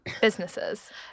businesses